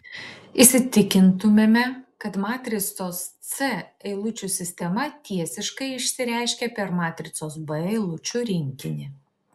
įsitikintumėme kad matricos c eilučių sistema tiesiškai išsireiškia per matricos b eilučių rinkinį